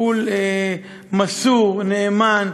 טיפול מסור, נאמן.